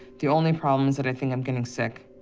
the only problem is, but i think i'm getting sick.